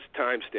timestamp